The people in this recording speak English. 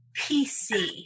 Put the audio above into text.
pc